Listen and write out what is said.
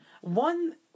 one